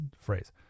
phrase